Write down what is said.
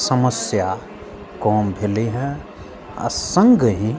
समस्या कम भेलै हँ आओर सङ्गहि